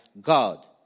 God